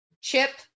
Chip